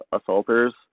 assaulters